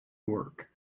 work